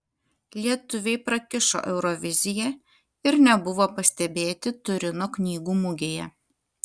lietuviai prakišo euroviziją ir nebuvo pastebėti turino knygų mugėje